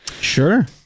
Sure